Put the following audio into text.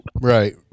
Right